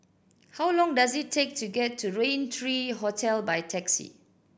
how long does it take to get to Rain Tree Hotel by taxi